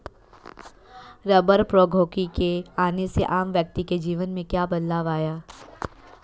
रबड़ प्रौद्योगिकी के आने से आम व्यक्ति के जीवन में क्या बदलाव आया?